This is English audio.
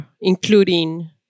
including